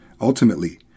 Ultimately